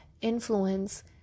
influence